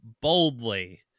boldly